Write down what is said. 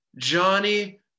Johnny